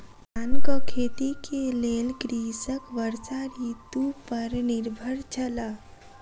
धानक खेती के लेल कृषक वर्षा ऋतू पर निर्भर छल